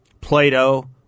Plato